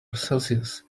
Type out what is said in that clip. celsius